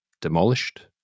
demolished